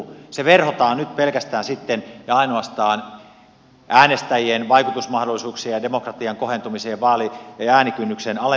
se verhotaan nyt pelkästään ja ainoastaan äänestäjien vaikutusmahdollisuuksien ja demokratian kohentumiseen ja äänikynnyksen alentamiseen